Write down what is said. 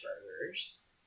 Burgers